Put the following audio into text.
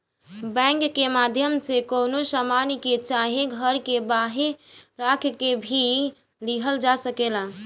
bank के माध्यम से कवनो सामान के चाहे घर के बांहे राख के भी लिहल जा सकेला